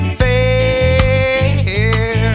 fair